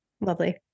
Lovely